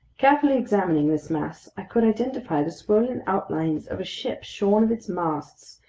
carefully examining this mass, i could identify the swollen outlines of a ship shorn of its masts,